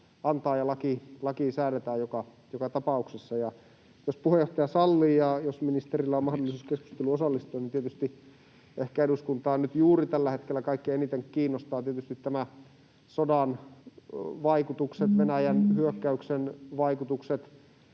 antaa, ja laki säädetään joka tapauksessa. Jos puheenjohtaja sallii, ja jos ministerillä on mahdollisuus keskusteluun osallistua, niin tietysti ehkä eduskuntaa nyt juuri tällä hetkellä kaikkein eniten kiinnostavat tämän sodan vaikutukset, Venäjän hyökkäyksen vaikutukset